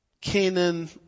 Canaan